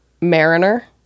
Mariner